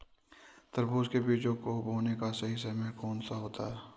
तरबूज के बीजों को बोने का सही समय कौनसा होता है?